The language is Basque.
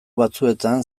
batzuetan